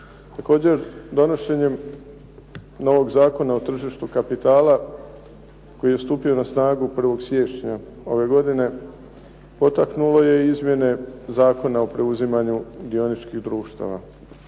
Također donošenjem novog Zakona o tržištu kapitala koji je stupio na snagu 1. siječnja ove godine potaknulo je i izmjene Zakona o preuzimanju dioničkih društava